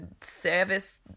service